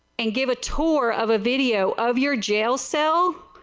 and give tour of a video of your jail cell,